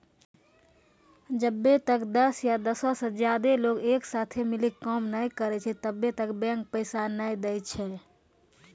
जब्बै तक दस या दसो से ज्यादे लोग एक साथे मिली के काम नै करै छै तब्बै तक बैंक पैसा नै दै छै